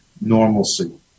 normalcy